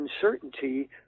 uncertainty